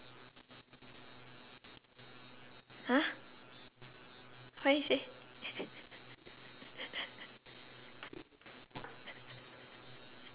!huh! what'd you say